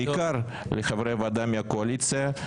בעיקר לחברי ועדה מהקואליציה,